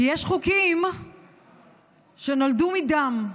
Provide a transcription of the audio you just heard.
כי יש חוקים שנולדו מדם,